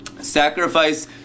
Sacrifice